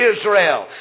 Israel